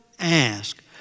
Ask